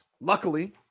Luckily